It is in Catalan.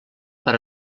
per